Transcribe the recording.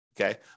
okay